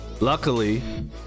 luckily